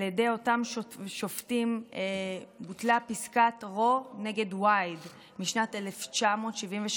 על ידי אותם שופטים, פסיקת רו נגד וייד משנת 1973,